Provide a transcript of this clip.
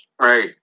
Right